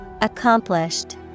Accomplished